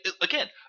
Again